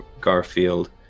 Garfield